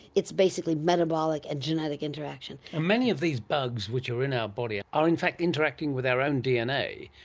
it's basically metabolic and genetic interaction. and many of these bugs which are in our body are in fact interacting with our own dna.